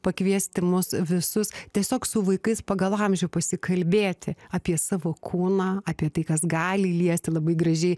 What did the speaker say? pakviesti mus visus tiesiog su vaikais pagal amžių pasikalbėti apie savo kūną apie tai kas gali liesti labai gražiai